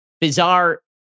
bizarre